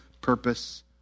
purpose